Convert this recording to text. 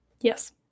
Yes